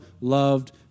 loved